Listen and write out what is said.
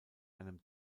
einem